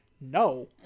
No